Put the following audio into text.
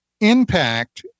impact